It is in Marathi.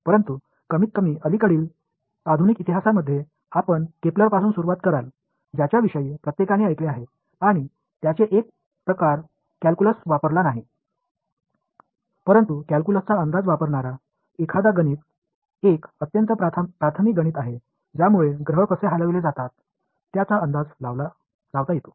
परंतु कमीतकमी अलीकडील आधुनिक इतिहासामध्ये आपण केपलरपासून सुरुवात कराल ज्याच्याविषयी प्रत्येकाने ऐकले आहे आणि त्याने एक प्रकारचा कॅल्क्युलस वापरला नाही परंतु कॅल्क्युलसचा अंदाज लावणारा एखादा गणित एक अत्यंत प्राथमिक गणित आहे ज्यामुळे ग्रह कसे हलविले जातात याचा अंदाज लावता येतो